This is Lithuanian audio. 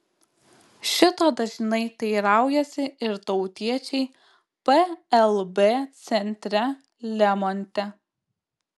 šito dažnai teiraujasi ir tautiečiai plb centre lemonte